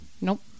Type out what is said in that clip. Nope